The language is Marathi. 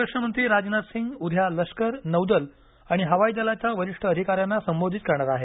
संरक्षण राजनाथ सिंह उद्या लष्कर नौदल आणि हवाई दलाच्या वरिष्ठ अधिकाऱ्यांना संबोधित करणार आहेत